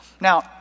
Now